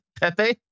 Pepe